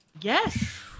Yes